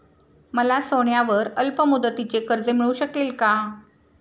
मला सोन्यावर अल्पमुदतीचे कर्ज मिळू शकेल का?